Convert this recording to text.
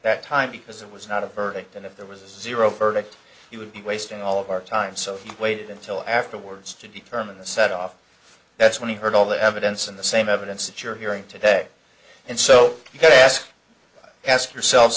that time because it was not a verdict and if there was a zero verdict you would be wasting all of our time so if you waited until afterwards to determine the set off that's when you heard all the evidence and the same evidence that you're hearing today and so you could ask ask yoursel